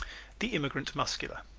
the immigrant muscular